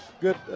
good